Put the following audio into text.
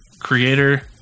Creator